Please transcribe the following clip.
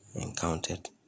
encountered